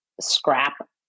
scrap